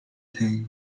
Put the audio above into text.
terra